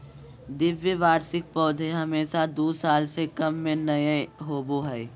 द्विवार्षिक पौधे हमेशा दू साल से कम में नयय होबो हइ